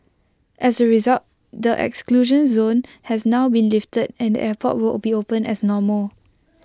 as A result the exclusion zone has now been lifted and the airport will be open as normal